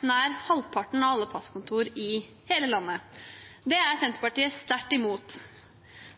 nær halvparten av alle passkontor i hele landet. Det er Senterpartiet sterkt imot.